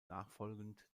nachfolgend